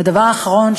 ודבר אחרון,